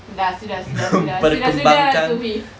dah sudah sudah sudah sudah sudahlah tu fiq